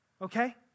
Okay